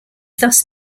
thus